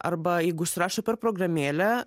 arba jeigu užsirašo per programėlę